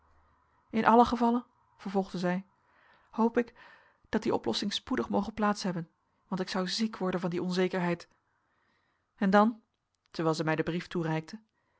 in allen gevalle vervolgde zij hoop ik dat die oplossing spoedig moge plaats hebben want ik zou ziek worden van die onzekerheid en dan terwijl zij mij den brief toereikte